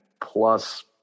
plus